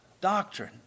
doctrine